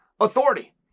authority